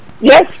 Yes